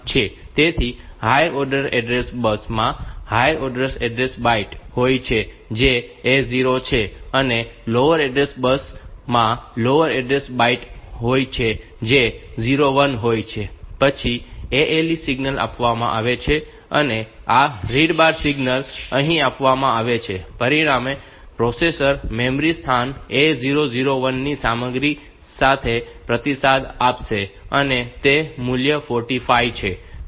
તેથી higher order address bus માં higher order address byte હોય છે જે A 0 છે અને લોઅર ઓર્ડર એડ્રેસ બસ માં લોઅર ઓર્ડર એડ્રેસ બાઈટ હોય છે જે 0 1 હોય છે પછી ALE સિગ્નલ આપવામાં આવે છે અને આ રીડ બાર સિગ્નલ અહીં આપવામાં આવે છે પરિણામે પ્રોસેસર મેમરી સ્થાન A001 ની સામગ્રી સાથે પ્રતિસાદ આપશે અને તે મૂલ્ય 45 છે